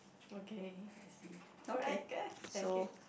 okay I see alright I guess thank you